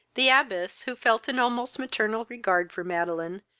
the abbess, who felt an almost maternal regard for madeline,